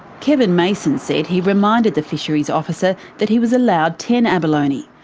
kevin mason says he reminded the fisheries officer that he was allowed ten abalone.